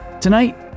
Tonight